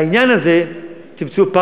בעניין הזה תמצאו את